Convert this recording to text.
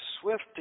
swift